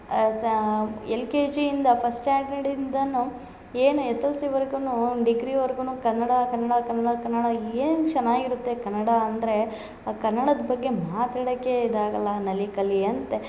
ಅಸಾ L K G ಇಂದ first standard ಇಂದನು ಏನು ಎಸ್ ಎಸ್ ಎಲ್ ಸಿವರ್ಗೂನು ಡಿಗ್ರಿವರ್ಗುನು ಕನ್ನಡ ಕನ್ನಡ ಕನ್ನಡ ಕನ್ನಡ ಏನು ಚೆನ್ನಾಗಿರುತ್ತೆ ಕನ್ನಡ ಅಂದರೆ ಆ ಕನ್ನಡದ ಬಗ್ಗೆ ಮಾತಡಕ್ಕೆ ಇದಾಗಲ್ಲ ನಲಿಕಲಿ ಅಂತೆ